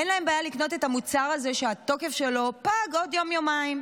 אין להם בעיה לקנות את המוצר הזה שהתוקף שלו פג עוד יום-יומיים.